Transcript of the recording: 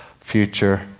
future